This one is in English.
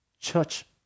Church